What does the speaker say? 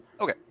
Okay